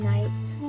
Nights